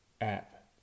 app